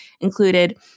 included